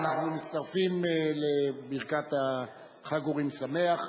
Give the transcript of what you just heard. אנחנו מצטרפים לברכת חג אורים שמח.